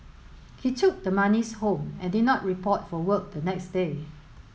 he took the monies home and did not report for work the next day